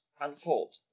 unfold